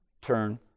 turn